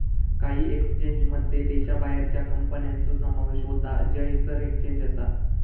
काही एक्सचेंजमध्ये देशाबाहेरच्या कंपन्यांचो समावेश होता जयसर एक्सचेंज असा